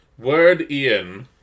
Wordian